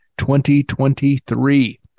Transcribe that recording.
2023